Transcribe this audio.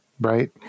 Right